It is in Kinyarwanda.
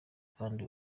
kandi